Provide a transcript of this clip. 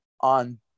on